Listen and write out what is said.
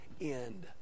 end